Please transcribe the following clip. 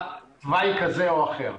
תוואי כזה או אחר.